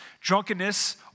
Drunkenness